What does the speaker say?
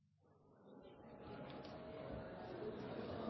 ren